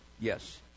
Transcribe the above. Yes